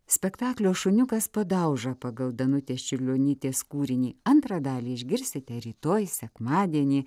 spektaklio šuniukas padauža pagal danutės čiurlionytės kūrinį antrą dalį išgirsite rytoj sekmadienį